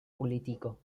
politiko